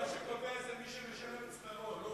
מה שקובע זה מי שמשלם את שכרו.